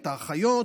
האחיות,